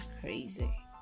crazy